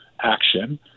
action